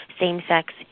same-sex